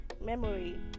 Memory